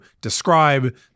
describe